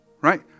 right